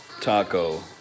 Taco